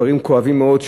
דברים כואבים מאוד,